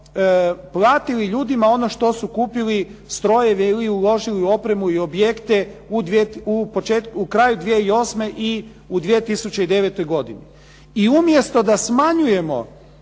platili ljudima ono što su kupili strojeve ili uložili u opremu ili objekte krajem 2008. i u 2009. godini.